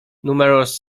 numerous